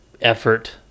effort